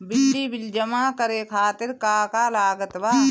बिजली बिल जमा करे खातिर का का लागत बा?